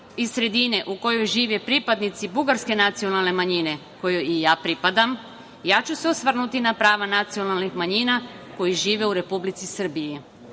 iz sredine u kojoj žive pripadnici bugarske nacionalne manjine, kojoj i ja pripadam, ja ću se osvrnuti na prava nacionalnih manjina koji žive u Republici Srbiji. Prava